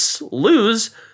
lose